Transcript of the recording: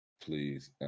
Please